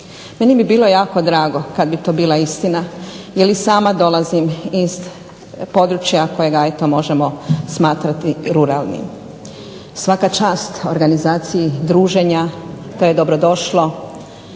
Meni bi bilo jako drago kad bi to bila istina jer i sama dolazim iz područja kojega eto možemo smatrati ruralnim. Svaka čast organizaciji druženja, to je dobrodošlo,